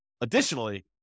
additionally